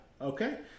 Okay